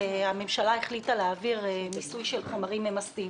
הממשלה החליטה להעביר מיסוי של חומרים ממסים.